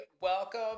welcome